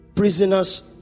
Prisoners